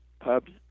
pubs